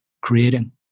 creating